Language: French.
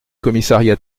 commissariat